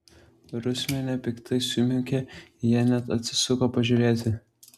rusmenė piktai sumiaukė jie net atsisuko pažiūrėti